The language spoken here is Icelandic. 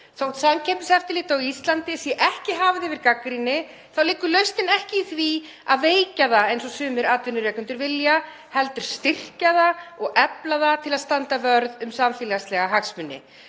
Þótt Samkeppniseftirlitið á Íslandi sé ekki hafið yfir gagnrýni, þá liggur lausnin ekki í því að veikja það eins og sumir atvinnurekendur vilja, heldur að styrkja það og efla það til að standa vörð um samfélagslega hagsmuni.“